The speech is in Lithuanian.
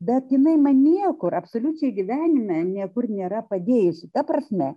bet jinai man niekur absoliučiai gyvenime niekur nėra padėjusi ta prasme